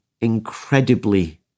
incredibly